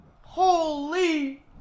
Holy